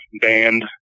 band